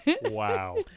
Wow